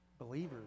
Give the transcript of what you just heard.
believers